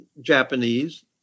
Japanese